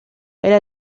era